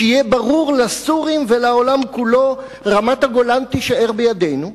"שיהיה ברור לסורים ולעולם כולו: רמת-הגולן תישאר בידינו".